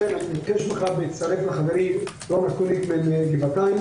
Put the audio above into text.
לכן אני מבקש בכך להצטרף לחברי רון קוניק מגבעתיים.